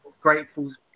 Grateful's